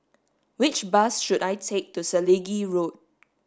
which bus should I take to Selegie Road